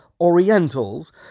Orientals